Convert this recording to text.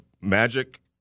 Magic